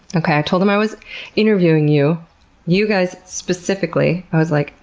okay, i told them i was interviewing you you guys specifically. i was like,